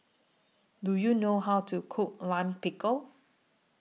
Do YOU know How to Cook Lime Pickle